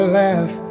laugh